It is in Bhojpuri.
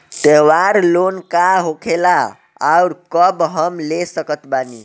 त्योहार लोन का होखेला आउर कब हम ले सकत बानी?